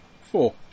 Four